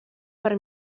per